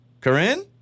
Corinne